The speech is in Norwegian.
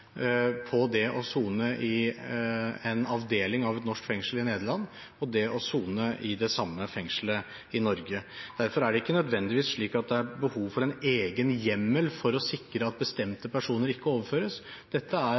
på det å sone i en avdeling av et norsk fengsel i Nederland og det å sone i det samme fengselet i Norge. Derfor er det ikke nødvendigvis slik at det er behov for en egen hjemmel for å sikre at bestemte personer ikke overføres. Dette er